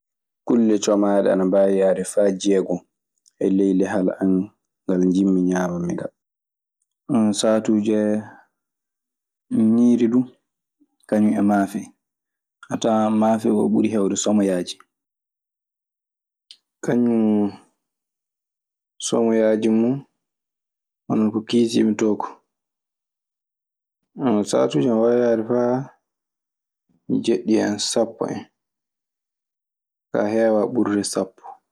Kulle comade ana wawi yadde fa jeegon e ley leyal amen. Ngal jimi min niamaniga. saatuuje ñiiri du kañun e maafe. A tawan maafe oo ɓuri heewde somoyaaji. Kañum somoyaaji mun hono ko kiisii mi to ko, sahaatuji ana yaha faa jeeɗiɗi en, sappo en. Ka heewaa burɗe sappo.